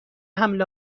حمل